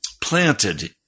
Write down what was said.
Planted